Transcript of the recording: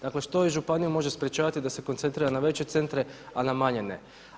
Dakle što županiju može sprječavati da se koncentrira na veće centre, a na manje ne?